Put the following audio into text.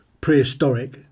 prehistoric